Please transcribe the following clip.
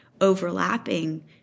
overlapping